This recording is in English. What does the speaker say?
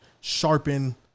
sharpen